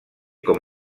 com